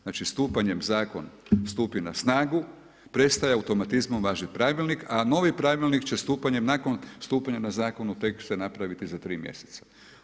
Znači, stupanjem Zakon stupi na snagu, prestaje automatizmom važiti Pravilnik, a novi Pravilnik će stupanjem nakon stupanja na zakonu tek se napraviti za 3 mjeseca.